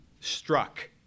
struck